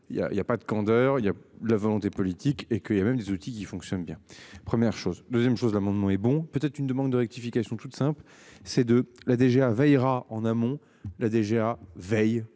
il y a pas de candeur, il y a la volonté politique et que il y a même des outils qui fonctionne bien. Première chose 2ème chose l'amendement et bon peut-être une demande de rectification toute simple, c'est de la DGA veillera en amont la DGA veille le tout